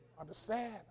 understand